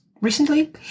recently